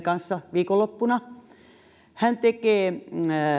kanssa viikonloppuna hän tekee